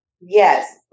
Yes